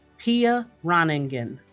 pia ronningen